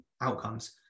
outcomes